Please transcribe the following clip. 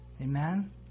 Amen